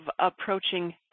approaching